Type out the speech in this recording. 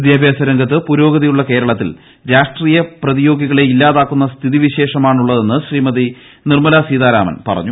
വിദ്യാഭ്യാസരംഗത്ത് പുരോഗതിയുള്ള കേരളത്തിൽ രാഷ്ട്രീയപ്രതിയോഗികളെ ഇല്ലാതാക്കുന്ന സ്ഥിതി വിശേഷ മാണുള്ളതെന്ന് ശ്രീമതി നിർമ്മലാ സീതാരാമൻ പറഞ്ഞു